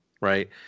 right